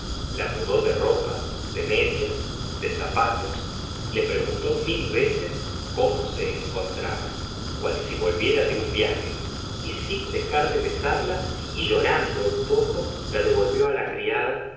la mudó de ropa de medias de zapatos le preguntó mil veces cómo se encontraba cual si volviera de un viaje y sin dejar de besarla y llorando un poco la devolvió la criada